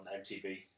MTV